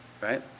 right